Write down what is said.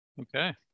Okay